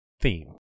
theme